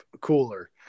cooler